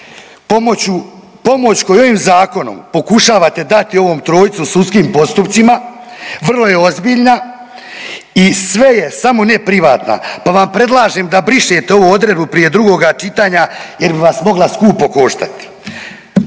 pomoć koju ovim zakonom pokušavate dati ovom trojcu u sudskim postupcima vrlo je ozbiljna i sve je samo ne privatna, pa vam predlažem da brišete ovu odredbu prije drugoga čitanja jer bi vas mogla skupo koštati.